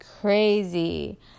crazy